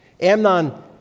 Amnon